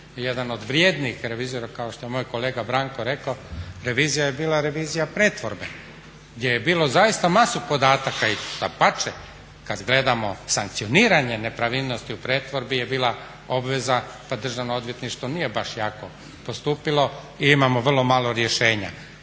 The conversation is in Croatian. Jedan od vrijednih revizora kao što je moj kolega Branko rekao, revizija je bila revizija pretvorbe gdje je bilo zaista masu podataka. I dapače, kad gledamo sankcioniranje nepravilnosti u pretvorbi je bila obveza, pa Državno odvjetništvo nije baš jako postupilo i imamo vrlo malo rješenja,